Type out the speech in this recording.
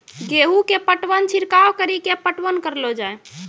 गेहूँ के पटवन छिड़काव कड़ी के पटवन करलो जाय?